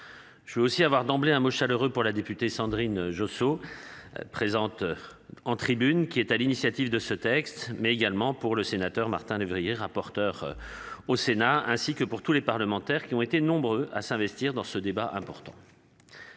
Je suis aussi avoir d'emblée un mot chaleureux pour la députée Sandrine Josso. Présente. En tribunes qui est à l'initiative de ce texte mais également pour le sénateur Martin lévrier rapporteur au Sénat ainsi que pour tous les parlementaires qui ont été nombreux à s'investir dans ce débat important.